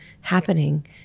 happening